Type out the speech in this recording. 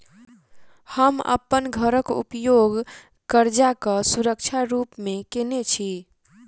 हम अप्पन घरक उपयोग करजाक सुरक्षा रूप मेँ केने छी